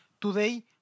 Today